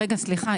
סליחה.